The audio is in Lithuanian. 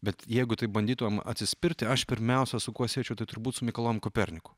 bet jeigu taip bandytumėm atsispirti aš pirmiausia su kuo siečiau tai turbūt su mikalojum koperniku